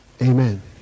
Amen